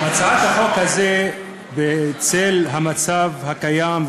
הצעת החוק הזאת היא בצל המצב הקיים,